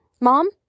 Mom